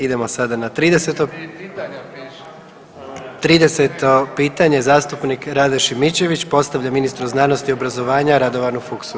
Idemo sada na 30. pitanje zastupnik Rade Šimičević postavlja ministru znanosti i obrazovanja Radovanu Fuchsu.